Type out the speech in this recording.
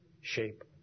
shape